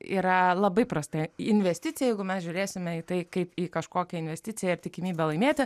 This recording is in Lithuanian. yra labai prasta investicija jeigu mes žiūrėsime į tai kaip į kažkokią investiciją tikimybę laimėti